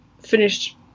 finished